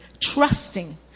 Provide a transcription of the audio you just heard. trusting